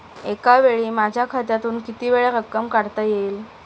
एकावेळी माझ्या खात्यातून कितीवेळा रक्कम काढता येईल?